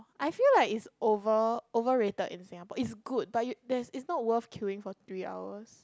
I feel like it's over over rated in Singapore it's good but you there's it's not worth queuing for three hours